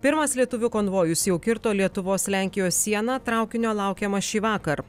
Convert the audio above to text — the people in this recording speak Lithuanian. pirmas lietuvių konvojus jau kirto lietuvos lenkijos sieną traukinio laukiama šįvakar